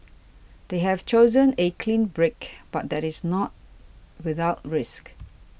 they have chosen a clean break but that is not without risk